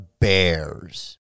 Bears